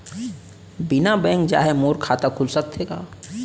बिना बैंक जाए मोर खाता खुल सकथे का?